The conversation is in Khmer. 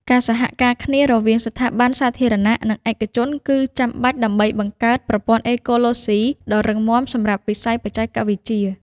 ការសហការគ្នារវាងស្ថាប័នសាធារណៈ និងឯកជនគឺចាំបាច់ដើម្បីបង្កើតប្រព័ន្ធអេកូឡូស៊ីដ៏រឹងមាំសម្រាប់វិស័យបច្ចេកវិទ្យា។